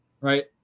Right